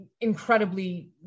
incredibly